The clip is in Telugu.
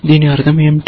దీని అర్థం ఏమిటి